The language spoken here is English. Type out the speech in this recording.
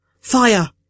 Fire